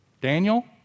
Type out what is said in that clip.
Daniel